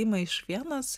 ima iš venos